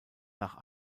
nach